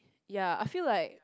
ya I feel like